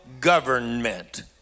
government